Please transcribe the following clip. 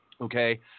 okay